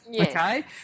Okay